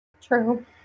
True